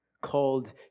called